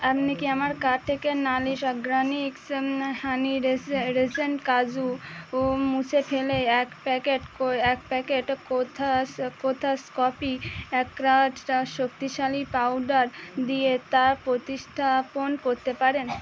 আপনি কি আমার কার্ট থেকে নারিশ অর্গ্যানিক্স হানি রেসে রেজিন কাজু উ মুছে ফেলে এক প্যাকেট কো এক প্যাকেট কোথাস কোথাস কফি শক্তিশালী পাউডার দিয়ে তা প্রতিস্থাপন করতে পারেন